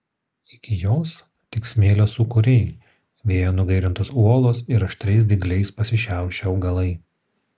iki jos tik smėlio sūkuriai vėjo nugairintos uolos ir aštriais dygliais pasišiaušę augalai